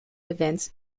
events